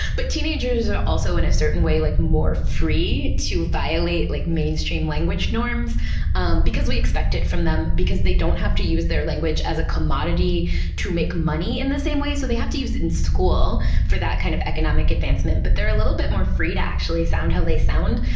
but teenagers are also in a certain way, like more free to violate like mainstream language norms because we expect it from them because they don't have to use their language as a commodity to make money in the same way. so they have to use it in school for that kind of economic advancement, but they're a little bit more free to actually sound how they sound.